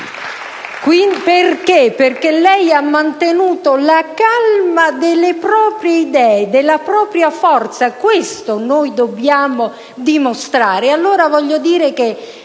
È la verità. Lei ha mantenuto la calma delle proprie idee e della propria forza. Questo noi dobbiamo dimostrare.